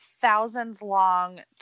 thousands-long